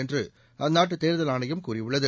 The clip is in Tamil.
என்று அந்நாட்டு தேர்தல் ஆணையம் கூறியுள்ளது